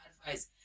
advice